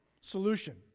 solution